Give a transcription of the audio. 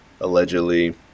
Allegedly